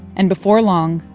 and before long,